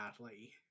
badly